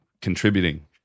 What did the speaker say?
contributing